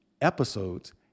episodes